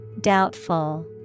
Doubtful